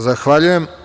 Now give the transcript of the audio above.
Zahvaljujem.